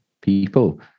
people